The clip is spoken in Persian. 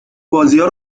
بازیا